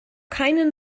keinen